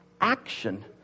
action